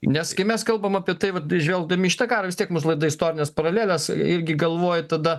nes kai mes kalbam apie tai vat žvelgdami į šitą karą vis tiek mūsų laida istorinės paralelės irgi galvoji tada